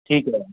ਠੀਕ ਹੈ